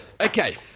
Okay